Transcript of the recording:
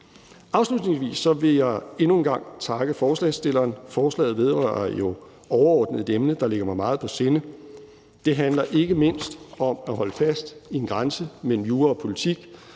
Afslutningsvis vil jeg endnu en gang takke forslagsstillerne. Forslaget vedrører jo overordnet et emne, der ligger mig meget på sinde. Det handler ikke mindst om at holde fast i en grænse mellem jura og politik